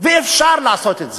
ואפשר לעשות את זה.